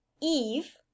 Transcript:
Eve